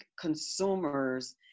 consumers